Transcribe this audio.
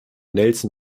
nelson